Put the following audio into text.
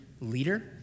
leader